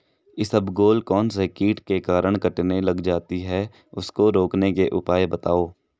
इसबगोल कौनसे कीट के कारण कटने लग जाती है उसको रोकने के उपाय बताओ?